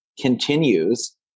continues